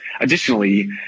Additionally